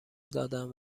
دادن